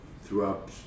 throughout